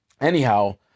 anyhow